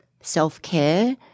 self-care